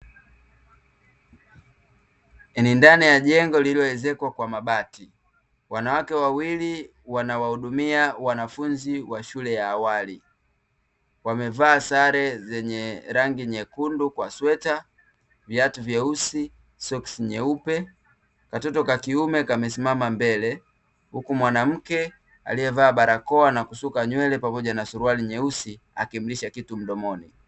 Ni ndani ya jengo lililoezekwa kwa mabati. Wanawake wawili wanawahudumia wanafunzi wa shule ya awali. Wamevaa sare zenye rangi nyekundu kwa sweta, viatu vyeusi, soksi nyeupe. Katoto kakiume kamesimama mbele, huku mwanamke aliyevaa barakoa na kusuka nywele pamoja na suruali nyeusi akimlisha kitu mdomoni.